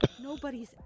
Nobody's